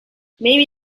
maybe